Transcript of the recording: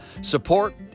support